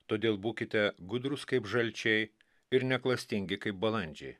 todėl būkite gudrūs kaip žalčiai ir neklastingi kaip balandžiai